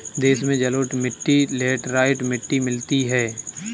देश में जलोढ़ मिट्टी लेटराइट मिट्टी मिलती है